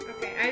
Okay